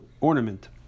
ornament